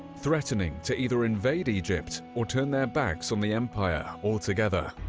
threatening to either invade egypt or turn their backs on the empire altogether.